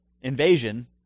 invasion